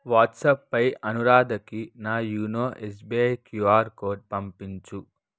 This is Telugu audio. వాట్సాప్ పై అనురాధకి నా యూనో ఎస్బీఐ క్యూఆర్ కోడ్ పంపించు